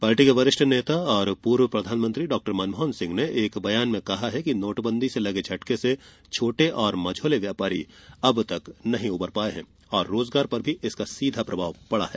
party के वरिष्ठ नेता और पूर्व प्रधानमंत्री डाक्टर मनमोहन सिंह ने एक बयान में कहा है कि नोटबंदी से लगे झटके से छोटे और मझौले व्यापारी अब तक नहीं उबर पाये है और रोजगार पर भी इसका सीधा प्रभाव पड़ा है